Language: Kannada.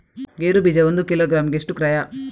ಗೇರು ಬೀಜ ಒಂದು ಕಿಲೋಗ್ರಾಂ ಗೆ ಎಷ್ಟು ಕ್ರಯ?